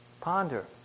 Ponder